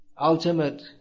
ultimate